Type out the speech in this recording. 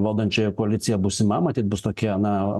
valdančioji koalicija būsima matyt bus tokia na